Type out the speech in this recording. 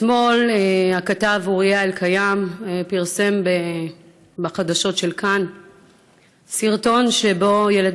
אתמול הכתב אוריה אלקיים פרסם בחדשות כאן סרטון שבו ילד